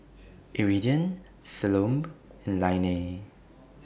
Iridian Salome and Lainey